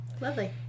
Lovely